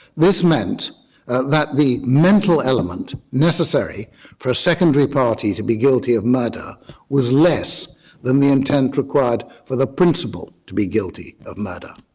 this meant that the mental element necessary for a secondary party to be guilty of murder was less than the intent required for the principal to be guilty of murder.